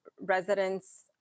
residents